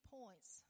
points